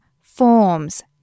forms